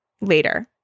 later